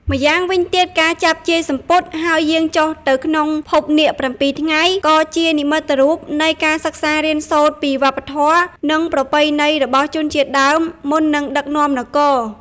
ម្យ៉ាងវិញទៀត ការចាប់ជាយសំពត់ហើយយាងចុះទៅក្នុងភពនាគ ៧ ថ្ងៃ ក៏ជានិមិត្តរូបនៃការសិក្សារៀនសូត្រពីវប្បធម៌ និងប្រពៃណីរបស់ជនជាតិដើម មុននឹងដឹកនាំនគរ។